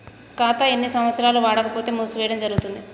ఖాతా ఎన్ని సంవత్సరాలు వాడకపోతే మూసివేయడం జరుగుతుంది?